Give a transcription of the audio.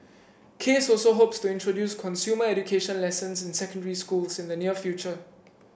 case also hopes to introduce consumer education lessons in secondary schools in the near future